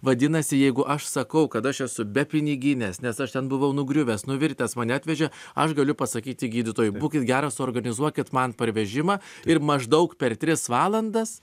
vadinasi jeigu aš sakau kad aš esu be piniginės nes aš ten buvau nugriuvęs nuvirtęs mane atvežė aš galiu pasakyti gydytojui būkit geras suorganizuokit man parvežimą ir maždaug per tris valandas